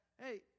hey